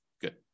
Good